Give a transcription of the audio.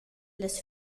las